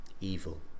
evil